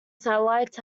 satellites